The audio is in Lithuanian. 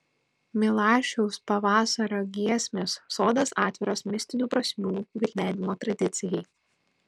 milašiaus pavasario giesmės sodas atviras mistinių prasmių gvildenimo tradicijai